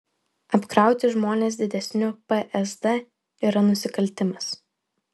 apkrauti žmones didesniu psd yra nusikaltimas